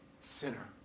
sinner